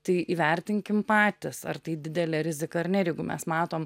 tai įvertinkim patys ar tai didelė rizika ar ne ir jeigu mes matom